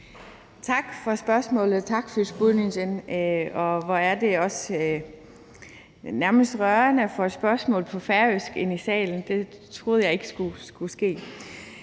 Tak for spørgsmålet. Takk fyri spurningurin. Og hvor er det også nærmest rørende at få et spørgsmål på færøsk herinde i salen. Det troede jeg ikke skulle ske.